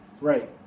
right